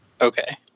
Okay